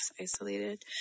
isolated